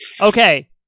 Okay